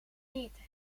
mythe